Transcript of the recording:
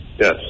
yes